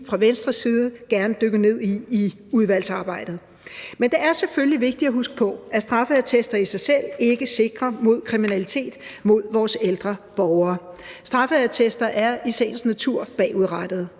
fra Venstres side gerne dykke ned i i udvalgsarbejdet. Men det er selvfølgelig vigtigt at huske på, at straffeattester ikke i sig selv sikrer mod kriminalitet mod vores ældre borgere. Straffeattester er i sagens natur bagudrettede.